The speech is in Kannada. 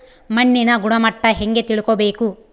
ಮಣ್ಣಿನ ಗುಣಮಟ್ಟ ಹೆಂಗೆ ತಿಳ್ಕೊಬೇಕು?